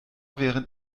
während